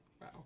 Wow